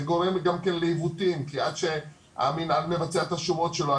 זה גורם גם כן לעיוותים כי עד שהמינהל מבצע את השומות שלו,